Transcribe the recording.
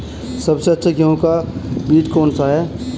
सबसे अच्छा गेहूँ का बीज कौन सा है?